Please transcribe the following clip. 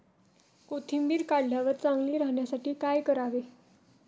कोथिंबीर काढल्यावर चांगली राहण्यासाठी काय करावे?